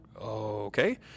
okay